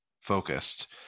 focused